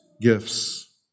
gifts